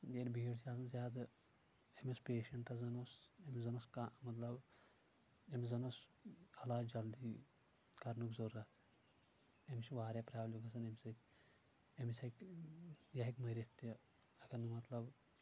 ییٚلہِ بیٖڑ چھِ آسان زیادٕ أمِس پیشنٹس زن اوس أمِس زن اوس کانٛہہ مطلب أمِس زن اوس عٮ۪لاج جلدی کرنُک ضروٗرَت أمِس چھِ واریاہ پرابلِم گژھان امہِ سۭتۍ أمِس ہیٚکہِ یہِ ہیٚکہِ مٔرِتھ تہِ اگر نہٕ مطلب